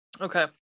okay